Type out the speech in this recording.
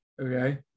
okay